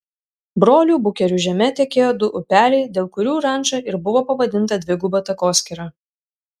brolių bukerių žeme tekėjo du upeliai dėl kurių ranča ir buvo pavadinta dviguba takoskyra